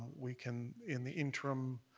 we can, in the interim,